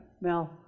Mel